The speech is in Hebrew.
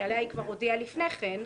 שעליה היא כבר הודיעה לפני כן,